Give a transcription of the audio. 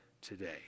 today